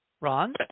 Ron